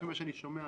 לפי מה שאני שומע,